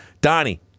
Donnie